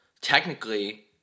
technically